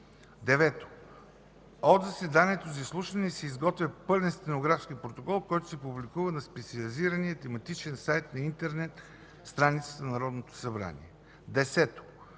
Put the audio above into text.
9. От заседанието за изслушването се изготвя пълен стенографски протокол, който се публикува на специализирания тематичен сайт на интернет страницата на Народното събрание. 10.